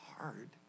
hard